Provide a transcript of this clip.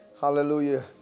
Hallelujah